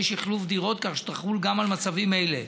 שחלוף דירות כך שתחול גם על מצבים אלה.